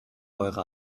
eure